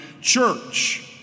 church